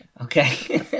Okay